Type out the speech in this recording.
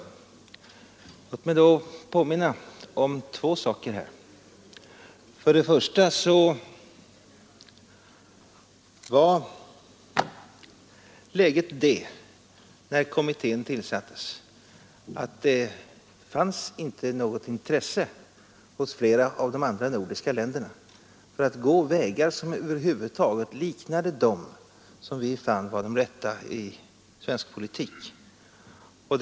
Men låt mig då påminna om två saker. För det första var läget det, när kommittén tillsattes, att det hos flera av de nordiska länderna inte fanns något intresse för att gå vägar som över huvud taget liknade dem vi i svensk politik funnit vara de rätta.